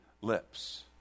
lips